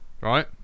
Right